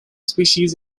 species